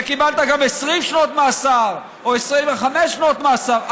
וקיבלת גם 20 שנות מאסר או 25 שנות מאסר,